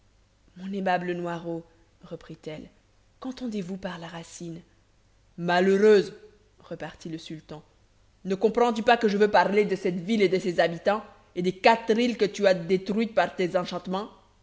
mon aimable noiraud reprit-elle qu'entendez-vous par la racine malheureuse repartit le sultan ne comprends-tu pas que je veux parler de cette ville et de ses habitants et des quatre îles que tu as détruites par tes enchantements